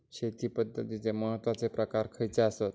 शेती पद्धतीचे महत्वाचे प्रकार खयचे आसत?